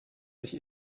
sich